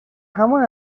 همان